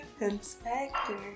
Inspector